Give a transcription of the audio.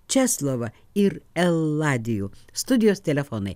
česlovą ir eladijų studijos telefonai